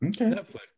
okay